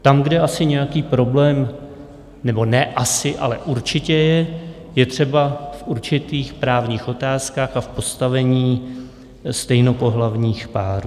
Tam, kde asi nějaký problém nebo ne asi, ale určitě je třeba v určitých právních otázkách a v postavení stejnopohlavních párů.